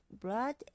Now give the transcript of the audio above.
blood